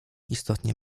istotnie